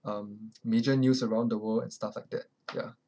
um major news around the world and stuff like that ya